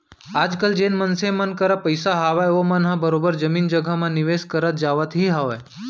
आजकल जेन मनसे मन करा पइसा हावय ओमन ह बरोबर जमीन जघा म निवेस करत जावत ही हावय